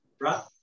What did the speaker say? right